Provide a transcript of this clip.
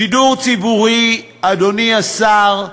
שידור ציבורי, אדוני השר,